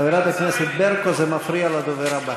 חברת הכנסת ברקו, זה מפריע לדובר הבא.